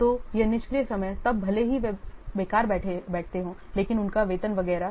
तो यह निष्क्रिय समय तब भले ही वे बेकार बैठते हों लेकिन उनका वेतन वगैरह